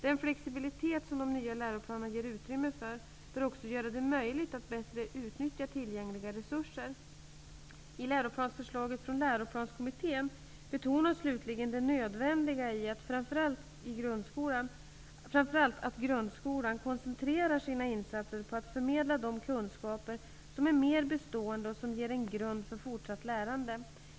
Den flexibilitet som de nya läroplanerna ger utymme för, bör också göra det möjligt att bättre utnyttja tillgängliga resurser. I läroplansförslaget från Läroplanskommittén betonas slutligen det nödvändiga i att framför allt grundskolan koncentrerar sina insatser på att förmedla de kunskaper som är mer bestående och som ger en grund för fortsatt lärande.